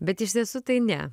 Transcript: bet iš tiesų tai ne